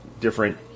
different